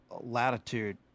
latitude